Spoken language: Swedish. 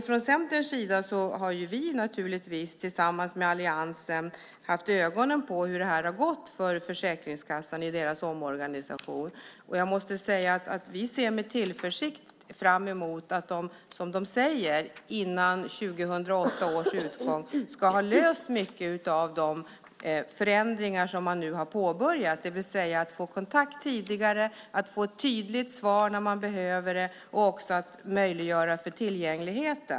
Från Centerns sida har vi, tillsammans med alliansen, haft ögonen på hur det har gått för Försäkringskassan i deras omorganisation, och jag måste säga att vi ser med tillförsikt fram emot att de, som de säger, före 2008 års utgång ska ha löst mycket av de förändringar som man nu har påbörjat, det vill säga att få kontakt tidigare, att få ett tydligt svar när man behöver det och att också möjliggöra tillgänglighet.